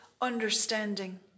understanding